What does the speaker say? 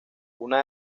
una